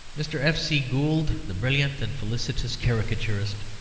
mr. f. c. gould, the brilliant and felicitous caricaturist,